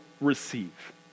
receive